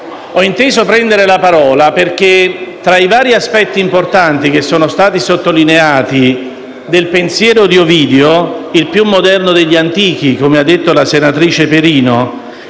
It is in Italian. ho inteso prendere la parola perché, tra i vari aspetti importanti che sono stati sottolineati del pensiero di Ovidio (il più moderno degli antichi, come ha detto la senatrice Pelino,